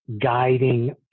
guiding